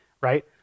right